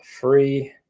free